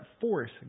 force